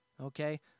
okay